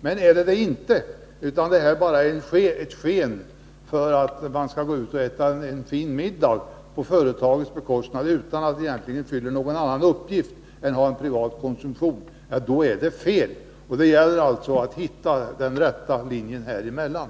Men är det inte en normal affärsföreteelse utan bara ett sken för att man skall få gå ut och äta en fin middag på företagets bekostnad — det hela fyller alltså egentligen inte någon annan uppgift än att svara för privat konsumtion — så är det fel att avdrag görs. Det gäller alltså att hitta den rätta linjen häremellan,